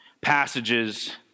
passages